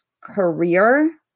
career